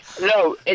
No